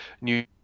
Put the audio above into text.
New